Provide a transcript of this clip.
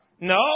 No